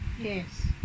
Yes